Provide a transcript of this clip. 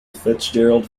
fitzgerald